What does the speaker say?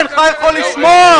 אינך יכול לשמוע?